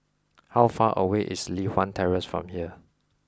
how far away is Li Hwan Terrace from here